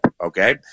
Okay